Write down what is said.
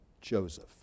Joseph